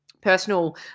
personal